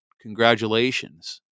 congratulations